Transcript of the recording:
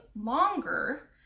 longer